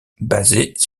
basée